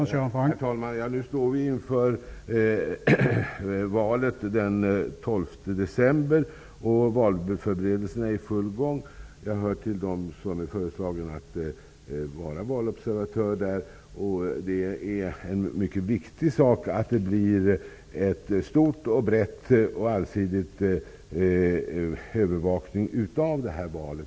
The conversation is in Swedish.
Herr talman! Nu står vi inför valet den 12 december. Valförberedelserna är i full gång. Jag hör till dem som är föreslagna att vara valobservatörer. Det är mycket viktigt att det blir en allsidig övervakning av detta val.